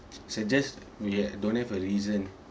suggest we have don't have a reason